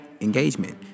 engagement